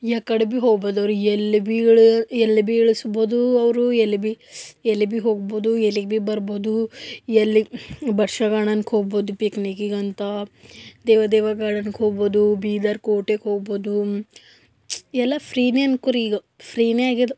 ಯಾಕಡೆ ಭೀ ಹೋಗ್ಬೋದು ಅವರು ಎಲ್ಲಿ ಭೀ ಇಳಿ ಎಲ್ಲಿ ಭೀ ಇಳಿಸ್ಬೋದು ಅವರು ಎಲ್ಲಿ ಭೀ ಎಲ್ಲಿಗೆ ಭೀ ಹೋಗಬೋದು ಎಲ್ಲಿಗೆ ಭೀ ಬರಬೋದು ಎಲ್ಲಿಗೆ ಬರ್ಷಗಾಡನ್ಕೆ ಹೋಗಬೋದು ಪಿಕ್ನಿಕಿಗಂತೆ ದೇವ ದೇವ ಗಾಡನ್ಕೆ ಹೋಗಬೋದು ಬೀದರ್ ಕೋಟೆಗೆ ಹೋಗಬೋದು ಎಲ್ಲ ಫ್ರೀಯೇ ಅಂದ್ಕೋರಿ ಈಗ ಫ್ರೀಯೇ ಆಗಿದೆ